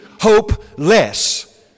hopeless